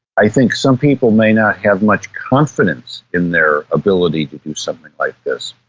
i think some people may not have much confidence in their ability to do something like this.